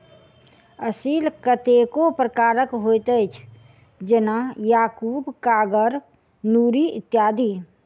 असील कतेको प्रकारक होइत अछि, जेना याकूब, कागर, नूरी इत्यादि